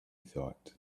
thought